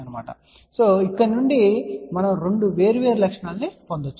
కాబట్టి ఇక్కడ నుండి మనం రెండు వేర్వేరు లక్షణాలను పొందవచ్చు